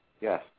Yes